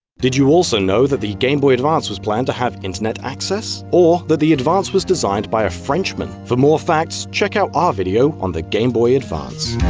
did you also know that the game boy advance was planned to have internet access? or that the advance was designed by a french man? for more facts, check out our video on the game boy advance.